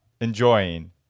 enjoying